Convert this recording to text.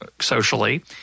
Socially